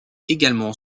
également